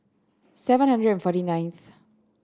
seven hundred and forty ninth